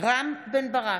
רם בן ברק,